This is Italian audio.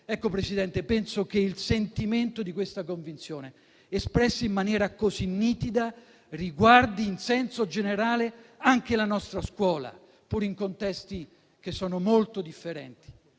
Presidente, penso che il sentimento di questa convinzione, espresso in maniera così nitida, riguardi in senso generale anche la nostra scuola, pur in contesti che sono molto differenti.